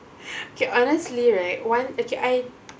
okay honestly right one okay I